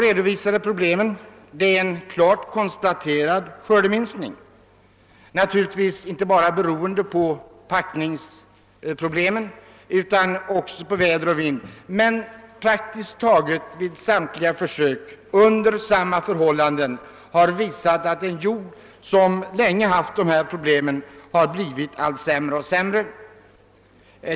Ett problem är en klart konstaterad skördeminskning, naturligtvis inte bara beroende på packningsproblemen utan också på väder och vind. Men praktiskt taget samtliga försök under samma förhållanden har visat att den jord som länge har haft packningsproblem har blivit sämre och sämre.